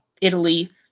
Italy